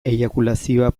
eiakulazioa